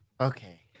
Okay